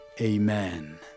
Amen